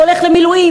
הולך למילואים,